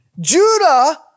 Judah